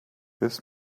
this